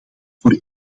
voor